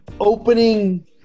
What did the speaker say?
opening